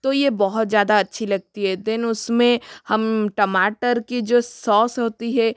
तो ये बहुत ज़्यादा अच्छी लगती है देन उसमें हम टमाटर की जो सॉस होती है